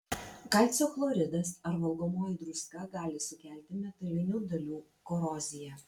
kalcio chloridas ar valgomoji druska gali sukelti metalinių dalių koroziją